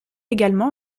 également